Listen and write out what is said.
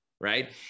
right